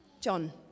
John